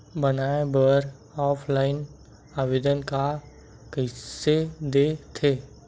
बनाये बर ऑफलाइन आवेदन का कइसे दे थे?